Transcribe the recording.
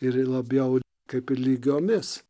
ir į labiau kaip ir lygiomis